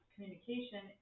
communication